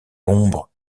l’ombre